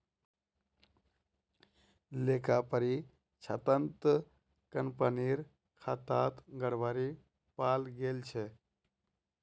लेखा परीक्षणत कंपनीर खातात गड़बड़ी पाल गेल छ